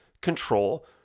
control